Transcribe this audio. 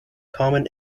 common